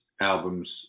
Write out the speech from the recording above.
albums